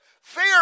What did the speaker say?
Fear